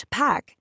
pack